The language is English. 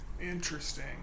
Interesting